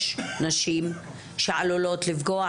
יש נשים שעלולות לפגוע,